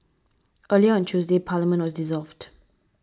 earlier on Tuesday Parliament was dissolved